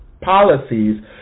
policies